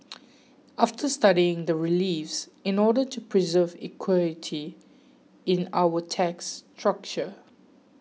after studying the reliefs in order to preserve equity in our tax structure